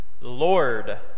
Lord